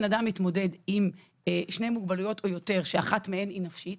המוגבלות הנפשית